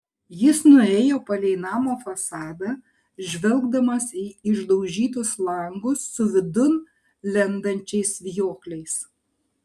jis nuėjo palei namo fasadą žvelgdamas į išdaužytus langus su vidun lendančiais vijokliais